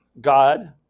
God